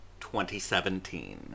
2017